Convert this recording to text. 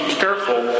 careful